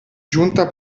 giunta